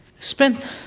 Spent